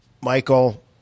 Michael